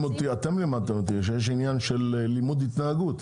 אותי שיש עניין של לימוד התנהגות.